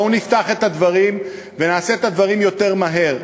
בואו נפתח את הדברים ונעשה את הדברים יותר מהר.